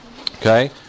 Okay